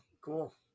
cool